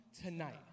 tonight